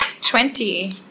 Twenty